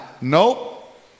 Nope